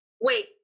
wait